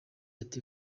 ati